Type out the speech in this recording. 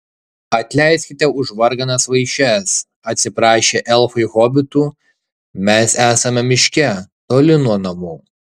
atleiskite už varganas vaišes atsiprašė elfai hobitų mes esame miške toli nuo namų